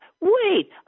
wait